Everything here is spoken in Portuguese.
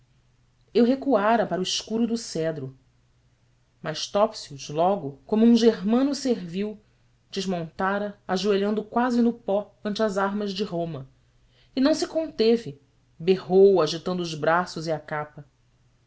eu recuara para o escuro do cedro mas topsius logo como um germano servil desmontara ajoelhando quase no pó ante as armas de roma e não se conteve berrou agitando os braços e a capa